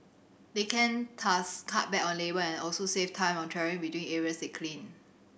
they can cut back on labour and also save time on travelling between areas they clean